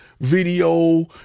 Video